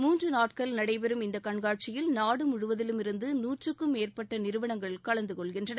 மூன்று நாட்கள் நடைபெறும் இந்த கண்காட்சியில் நாடு முழுவதிலுமிருந்து நூற்றுக்கும் மேற்பட்ட நிறுவனங்கள் கலந்து கொண்டுள்ளன